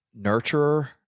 nurturer